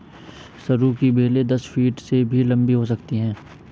सरू की बेलें दस फीट से भी लंबी हो सकती हैं